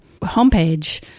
homepage